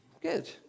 Good